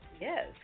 Yes